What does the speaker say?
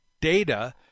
data